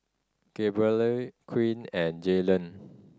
Gabrielle Queen and Jayleen